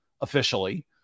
officially